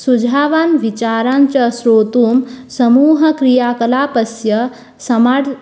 सुझावान् विचारान् च श्रोतुं समूहक्रियाकलापस्य समाड्